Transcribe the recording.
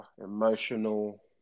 emotional